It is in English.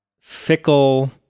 fickle